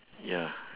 ya